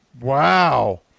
Wow